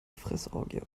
fressorgie